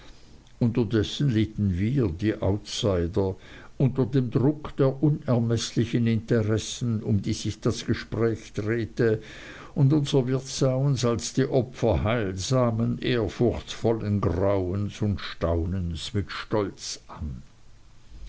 unterdessen litten wir die outsider unter dem druck der unermeßlichen interessen um die sich das gespräch drehte und unser wirt sah uns als die opfer heilsamen ehrfurchtsvollen grauens und staunens mit stolz an